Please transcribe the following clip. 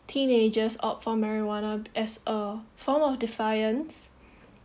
teenagers opt for marijuana as a form of defiance